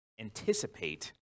anticipate